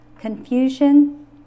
confusion